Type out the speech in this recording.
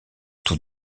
tout